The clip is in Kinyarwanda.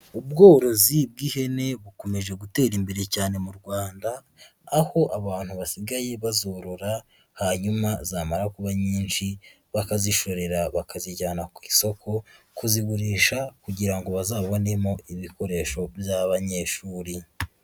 Ubworozi bw'ihene bukomeje gutera imbere cyane mu Rwanda, aho abantu basigaye bazorora hanyuma zamara kuba nyinshi bakazishorera bakazijyana ku isoko kuzigurisha kugira ngo bazabonemo ibikoresho by'abanyeshuri.